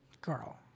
Girl